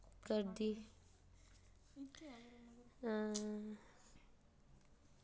करदी